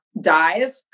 dive